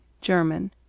German